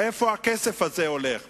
לאן הכסף הזה הולך?